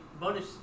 bonus